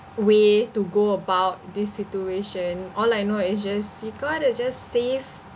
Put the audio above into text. way to go about this situation all I know is just you got to just save